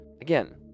Again